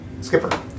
Skipper